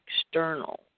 external